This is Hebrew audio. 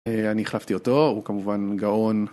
אני החלפתי אותו הוא כמובן גאון